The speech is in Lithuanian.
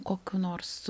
kokių nors